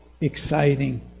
exciting